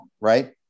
right